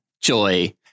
Joy